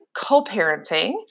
co-parenting